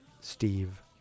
Steve